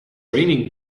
raining